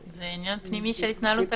זה עניין פנימי של התנהלות הכנסת,